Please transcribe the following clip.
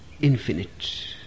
infinite